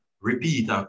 repeat